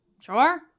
Sure